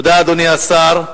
תודה, אדוני השר.